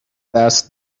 دست